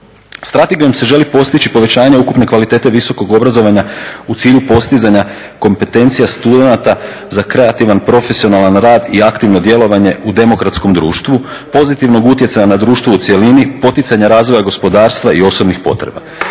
Strategijom se želi postići povećanje ukupne kvalitete visokog obrazovanja u cilju postizanja kompetencija studenata za kreativan profesionalan rad i aktivno djelovanje u demokratskom društvu pozitivnog utjecaja na društvo u cjelini, poticanja razvoja gospodarstva i osobnih potreba.